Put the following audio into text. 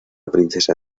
princesa